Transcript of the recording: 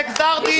גזרתם